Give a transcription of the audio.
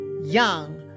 young